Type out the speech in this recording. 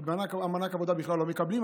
כי מענק עבודה בכלל לא מקבלים.